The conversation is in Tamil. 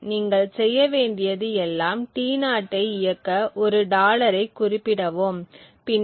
நீங்கள் செய்ய வேண்டியது எல்லாம் T0 ஐ இயக்க ஒரு டாலரைக் குறிப்பிடவும் பின்னர்